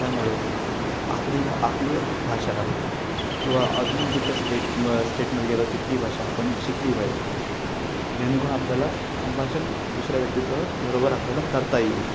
त्यामुळे आपली आपली भाषा किंवा अजून कुठच्या स्टेट स्टेटमध्ये गेलो तिथली भाषा आपण शिकली पाहिजे जेणेकरून आपल्याला संभाषण दुसऱ्या व्यक्तीसह बरोबर आपल्याला करता येईल